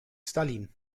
stalin